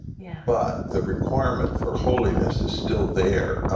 yeah but the requirement for holiness is still there.